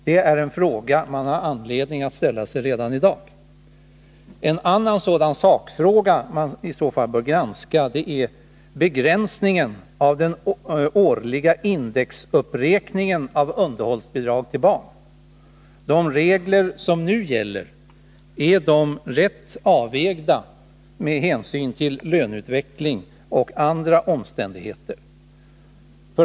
Det är en fråga som man har anledning att ställa redan i dag. En annan sådan sakfråga som man i så fall bör granska är begränsningen av den årliga indexuppräkningen av underhållsbidragen till barn. Är de regler som nu gäller rätt avvägda med hänsyn till löneutveckling och andra omständigheter?